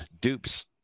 dupes